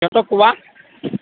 সিহঁতক কোৱা